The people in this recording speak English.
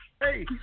Hey